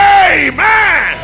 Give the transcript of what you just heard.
amen